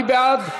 מי בעד?